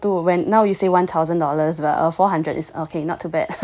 yeah I thought so too when now you say one thousand dollars well four hundred is okay not too bad